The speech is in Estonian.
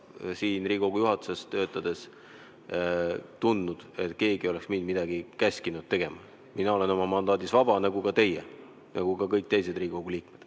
siin Riigikogu juhatuses töötades tundnud, et keegi oleks mind käskinud midagi tegema. Mina olen oma mandaadis vaba nagu ka teie ja nagu kõik teised Riigikogu liikmed.